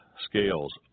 scales